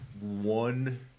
one